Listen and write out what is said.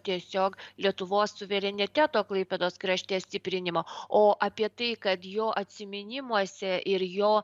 tiesiog lietuvos suvereniteto klaipėdos krašte stiprinimo o apie tai kad jo atsiminimuose ir jo